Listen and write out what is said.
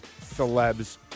celebs